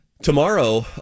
Tomorrow